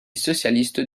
socialiste